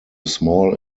small